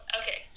okay